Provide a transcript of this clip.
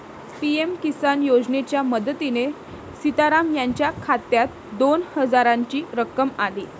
PM Kisan योजनेच्या मदतीने सीताराम यांच्या खात्यात दोन हजारांची रक्कम आली